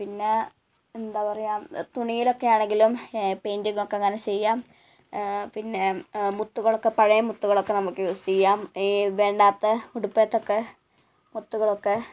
പിന്നെ എന്താണ് പറയുക തുണീലൊക്കെ ആണെങ്കിലും പെയിൻ്റിങ്ങൊക്കെ ഇങ്ങനെ ചെയ്യാം പിന്നെ മുത്തുകളൊക്കെ പഴയ മുത്തുകളൊക്കെ നമുക്ക് യൂസ് ചെയ്യാം ഈ വേണ്ടാത്ത ഉടുപ്പിലെ ഒക്കെ മുത്തുകളൊക്കെ